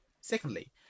Secondly